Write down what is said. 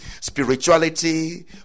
Spirituality